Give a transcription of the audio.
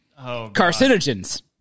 carcinogens